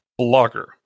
blogger